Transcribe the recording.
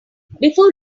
before